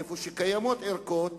איפה שקיימות ערכות,